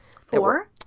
Four